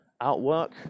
Outwork